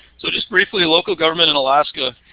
so, just briefly, local government in alaska.